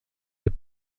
des